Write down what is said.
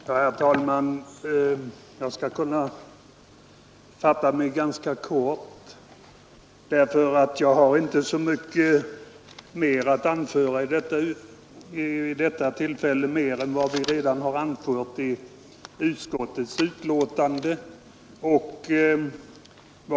Herr talman! Jag kan fatta mig ganska kort — jag har inte så mycket mer att anföra än det som redan har anförts i utskottets betänkande.